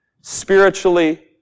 Spiritually